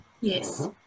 Yes